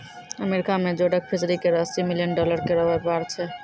America में जोडक fishery केरो अस्सी मिलियन डॉलर केरो व्यापार छै